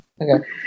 Okay